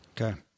Okay